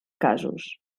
casos